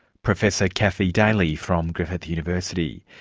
professor kathy daly from griffith university.